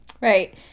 Right